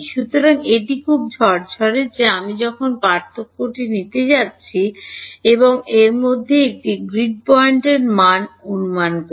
সুতরাং এটি খুব ঝরঝরে যে আমি যখন পার্থক্যটি নিয়ে যাচ্ছি এবং এর মধ্যে একটি গ্রিড পয়েন্টে মানটি প্রায় অনুমান করি